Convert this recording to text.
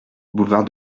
boulevard